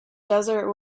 desert